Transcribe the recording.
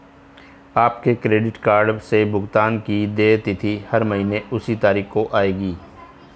आपके credit card से भुगतान की देय तिथि हर महीने उसी तारीख को आएगी